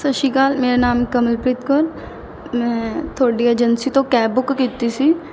ਸਤਿ ਸ਼੍ਰੀ ਅਕਾਲ ਮੇਰਾ ਨਾਮ ਕਮਲਪ੍ਰੀਤ ਕੌਰ ਮੈਂ ਤੁਹਾਡੀ ਏਜੰਸੀ ਤੋਂ ਕੈਬ ਬੁੱਕ ਕੀਤੀ ਸੀ